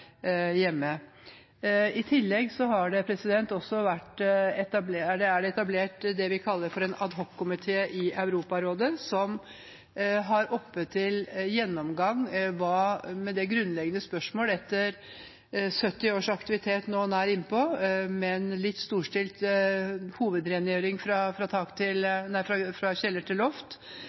hjemme. I tillegg er det etablert det vi kaller en adhockomité i Europarådet, som nå, etter nær 70 års aktivitet, har oppe til gjennomgang det grunnleggende spørsmål – med en litt storstilt hovedrengjøring fra kjeller til loft